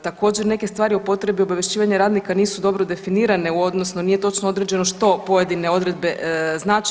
Također neke stvari o potrebi obavješćivanja radnika nisu dobro definirane odnosno nije točno određeno što pojedine odredbe znače.